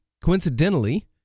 Coincidentally